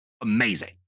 amazing